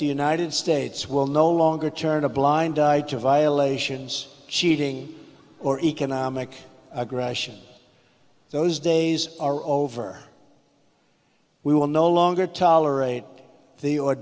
the united states will no longer turn a blind eye to violations d cheating or economic aggression those days are over we will no longer tolerate the or